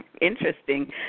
interesting